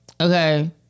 Okay